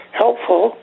helpful